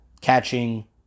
catching